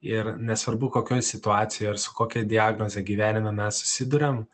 ir nesvarbu kokioj situacijoj ar su kokia diagnoze gyvenime mes susiduriam